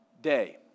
day